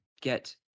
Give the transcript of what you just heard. get